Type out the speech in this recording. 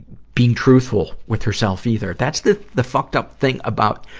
being truthful with herself, either. that's the, the fucked up thing about,